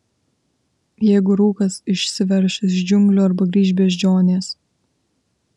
jeigu rūkas išsiverš iš džiunglių arba grįš beždžionės